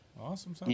awesome